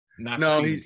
No